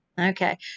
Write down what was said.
okay